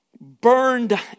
burned